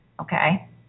Okay